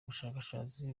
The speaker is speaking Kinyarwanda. bushakashatsi